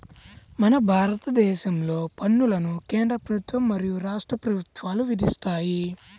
మన భారతదేశంలో పన్నులను కేంద్ర ప్రభుత్వం మరియు రాష్ట్ర ప్రభుత్వాలు విధిస్తాయి